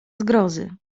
zgrozy